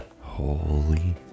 Holy